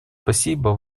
спасибо